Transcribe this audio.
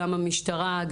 גם המשטרה,